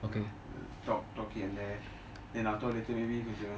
talk here and there then after all maybe can